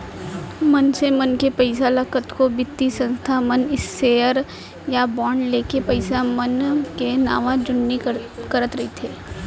मनसे मन के पइसा ल कतको बित्तीय संस्था मन सेयर या बांड लेके पइसा मन के नवा जुन्नी करते रइथे